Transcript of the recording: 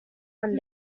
one